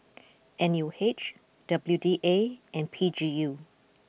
N U H W D A and P G U